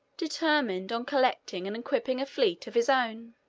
determined on collecting and equipping a fleet of his own.